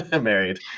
married